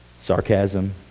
Sarcasm